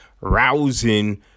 Rousing